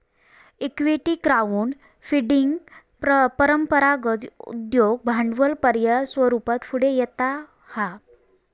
equity crowd funding परंपरागत उद्योग भांडवल पर्याय स्वरूपात पुढे येता हा